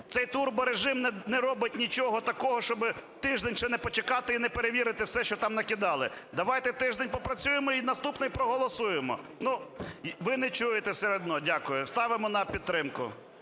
Цей турборежим не робить нічого такого, щоб тиждень ще не почекати і не перевірили все, що там накидали. Давайте тиждень попрацюємо і в наступний проголосуємо. Ну, ви не чуєте все одно. Дякую. Ставимо на підтримку.